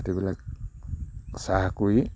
মাটিবিলাক চাহ কৰি